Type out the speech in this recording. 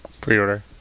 Pre-order